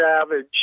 savage